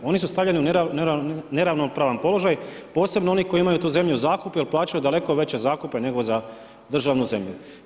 Oni su stavljeni u neravnopravan položaj posebno oni koji imaju tu zemlju u zakupu jer plaćaju daleko veće zakupe nego za državnu zemlju.